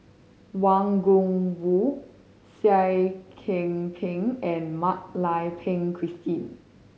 Wang Gungwu Seah Kian Peng and Mak Lai Peng Christine